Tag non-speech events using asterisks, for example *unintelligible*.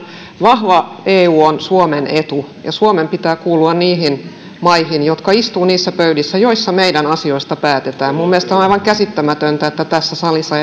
vahva eu on suomen etu ja suomen pitää kuulua niihin maihin jotka istuvat niissä pöydissä joissa meidän asioistamme päätetään minun mielestäni on aivan käsittämätöntä että tässä salissa *unintelligible*